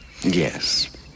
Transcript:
Yes